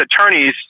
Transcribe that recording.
attorneys